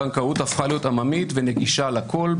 הבנקאות הפכה להיות עממית ונגישה לכול.